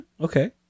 Okay